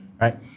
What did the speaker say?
right